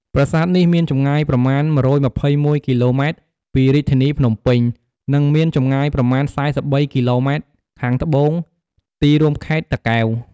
ប្រាសាទនេះមានចម្ងាយប្រមាណ ១២១ គីឡូម៉ែត្រពីរាជធានីភ្នំពេញ និងមានចម្ងាយប្រមាណ ៤៣គីឡូម៉ែត្រ ខាងត្បូងទីរួមខេត្តតាកែវ។